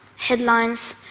headlines,